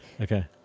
okay